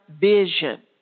vision